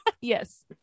Yes